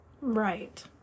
Right